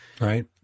Right